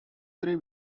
three